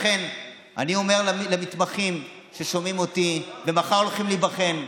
לכן אני אומר למתמחים ששומעים אותי ומחר הולכים להיבחן: